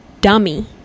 dummy